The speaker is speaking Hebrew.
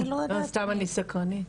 סתם אני סקרנית.